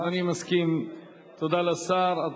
תודה לשר.